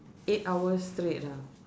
eight hours straight ah